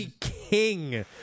king